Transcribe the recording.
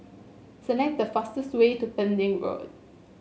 select the fastest way to Pending Road